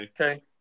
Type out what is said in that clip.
Okay